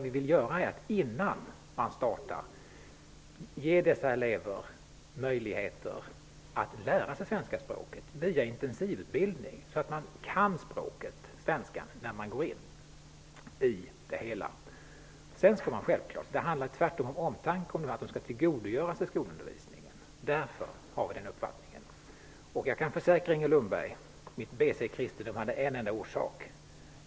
Vi vill ge dessa elever möjligheter att lära sig svenska språket via intensivutbildning, så att de kan språket svenska innan de börjar skolan. Det handlar tvärtom om omtanke om eleverna så att de skall kunna tillgodogöra sig skolundervisningen. Det är därför som vi har denna uppfattning. Jag kan försäkra Inger Lundberg att mitt BC i kristendom hade en enda orsak.